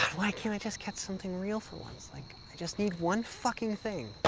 why can't i just catch something real for once, like, i just need one fucking thing.